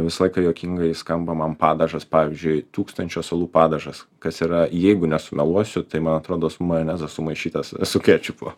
visą laiką juokingai skamba man padažas pavyzdžiui tūkstančio salų padažas kas yra jeigu nesumeluosiu tai man atrodos majonezas sumaišytas su kečupu